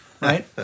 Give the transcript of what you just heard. right